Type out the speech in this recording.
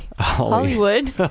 Hollywood